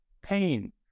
pain